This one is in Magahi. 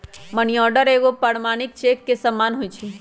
मनीआर्डर एगो प्रमाणिक चेक के समान होइ छै